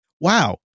Wow